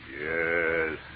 Yes